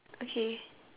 okay